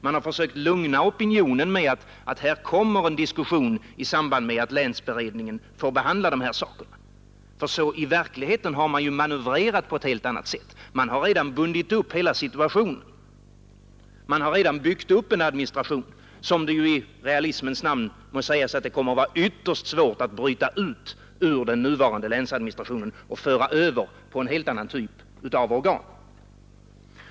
Man har försökt lugna opinionen med att här kommer en diskussion i samband med att länsberedningen får behandla dessa spörsmål, för i verkligheten har man ju manövrerat på ett annat sätt. Man har låst hela situationen. Man har redan byggt upp en administration, om vilken det i realismens namn må sägas att den kommer att vara ytterst svår att bryta ut ur den nuvarande länsadministrationen och föra över på en helt annan typ av organ.